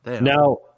Now